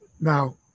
Now